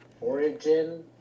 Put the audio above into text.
origin